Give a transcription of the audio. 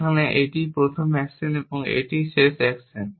যেখানে এটিই প্রথম অ্যাকশন এবং সেটিই শেষ অ্যাকশন